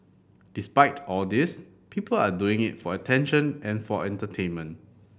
despite all these people are doing it for attention and for entertainment